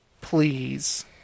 please